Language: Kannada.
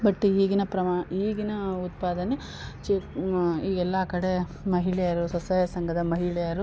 ಬಟ್ ಈಗಿನ ಪ್ರಮಾಣ ಈಗಿನ ಉತ್ಪಾದನೆ ಚಿಕ್ಮ ಈಗ ಎಲ್ಲ ಕಡೆ ಮಹಿಳೆಯರು ಸ್ವಸಹಾಯ ಸಂಘದ ಮಹಿಳೆಯರು